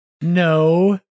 no